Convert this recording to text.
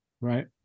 Right